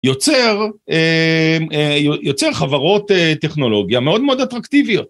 יוצר חברות טכנולוגיה מאוד מאוד אטרקטיביות.